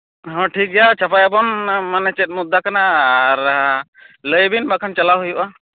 ᱦᱚᱸ ᱴᱷᱤᱠᱜᱮᱭᱟ ᱪᱷᱟᱯᱟᱭᱟᱵᱚᱱ ᱢᱟᱱᱮ ᱪᱮᱫ ᱢᱩᱫᱽᱫᱟ ᱠᱟᱱᱟ ᱟᱨ ᱞᱟᱹᱭ ᱵᱤᱱ ᱵᱟᱠᱷᱟᱱ ᱪᱟᱞᱟᱣ ᱦᱩᱭᱩᱜᱼᱟ